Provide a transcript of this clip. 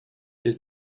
did